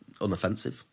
unoffensive